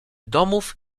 domów